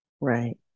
Right